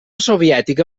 soviètica